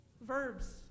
verbs